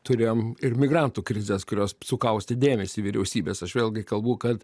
turėjom ir migrantų krizes kurios sukaustė dėmesį vyriausybės aš vėlgi kalbu kad